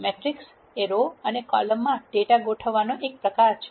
matrix એ row અને column માં ડેટા ગોઠવવાનું એક પ્રકાર છે